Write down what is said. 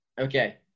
Okay